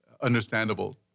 understandable